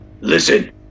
Listen